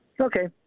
Okay